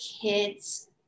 kids